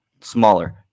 smaller